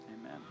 Amen